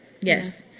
Yes